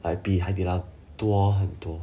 like 比海底捞多很多